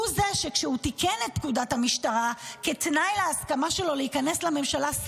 הוא זה שכשהוא תיקן את פקודת המשטרה כתנאי להסכמה שלו להיכנס לממשלה,